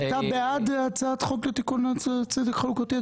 אתה בעד הצעת חוק לתיקון צדק חלוקתי,